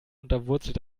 unterwurzelt